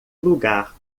lugar